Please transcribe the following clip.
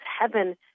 Heaven